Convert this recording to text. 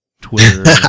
twitter